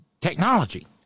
technology